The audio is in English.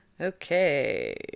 Okay